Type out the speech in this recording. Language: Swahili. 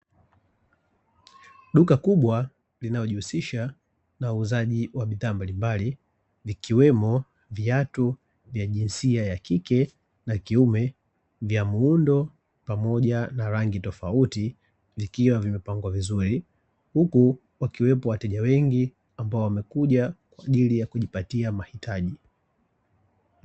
Duka kubwa linalojihusisha na huuzaji wa bidhaa mbalimbali, ikiwemo viatu vya jinsia ya kike na kiume vya muundo pamoja na rangi tofauti, vikiwa vimepangwa vizuri, huku wakiwepo wateja wengi ambao wamekuja kwa ajili ya kujipatia mahitaji.